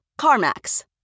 Carmax